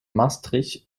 maastricht